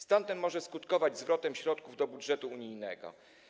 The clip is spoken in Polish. Stan ten może skutkować zwrotem środków do budżetu unijnego.